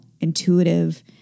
intuitive